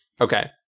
okay